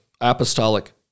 apostolic